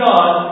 God